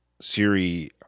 Siri